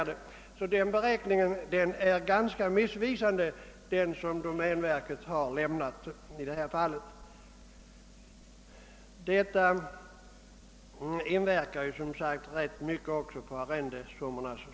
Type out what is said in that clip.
Den beräkning som domänverket har gjort är därför ganska missvisande.